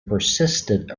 persisted